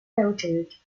noted